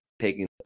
taking